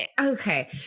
okay